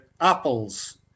apples